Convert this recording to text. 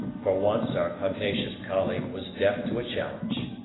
for once our pugnacious colleague was deaf to a challenge.